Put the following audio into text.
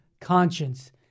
conscience